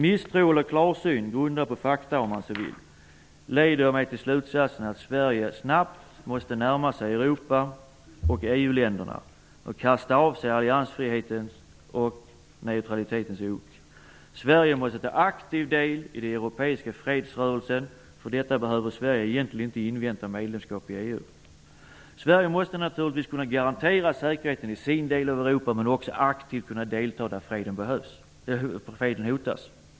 Misstro eller klarsyn, grundad på fakta om man så vill, leder mig till slutsatsen att Sverige snabbt måste närma sig det övriga Europa och EU länderna och kasta av sig alliansfrihetens och neutralitetens ok. Sverige måste ta aktiv del i den europeiska fredsrörelsen. För detta behöver Sverige egentligen inte invänta medlemskap i EU. Sverige måste naturligtvis kunna garantera säkerheten i sin del av Europa men också aktivt kunna delta där freden hotas.